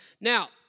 Now